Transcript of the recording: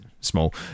small